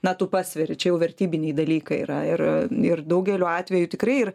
na tu pasveri čia jau vertybiniai dalykai yra ir ir daugeliu atveju tikrai ir